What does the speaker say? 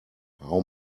how